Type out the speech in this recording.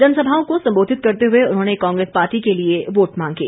जनसभाओं को संबोधित करते हुए उन्होंने कांग्रेस पार्टी के लिए वोट मांगे